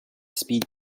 speed